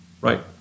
Right